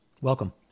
Welcome